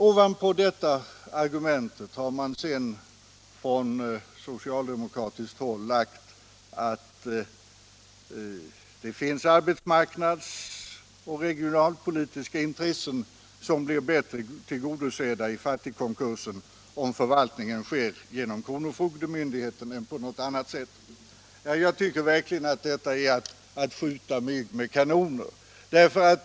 Ovanpå detta argument har man på socialdemokratiskt håll lagt att arbetsmarknads och regionalpolitiska intressen blir bättre tillgodosedda i fattigkonkurser, om förvaltningen sker genom kronofogdemyndigheten än om den sker på något annat sätt. Jag tycker verkligen att detta är att skjuta mygg med kanoner.